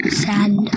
sad